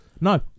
No